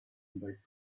about